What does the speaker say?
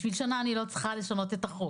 בשביל שנה אני לא צריכה לשנות את החוק.